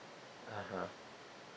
(uh huh)